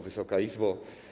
Wysoka Izbo!